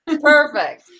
Perfect